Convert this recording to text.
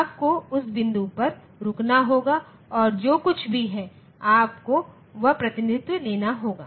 आपको उस बिंदु पर रुकना होगा और जो कुछ भी है आपको वह प्रतिनिधित्व लेना होगा